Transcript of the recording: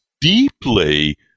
deeply